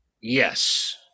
Yes